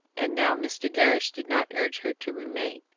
and now mr. gerrish did not urge her to remain.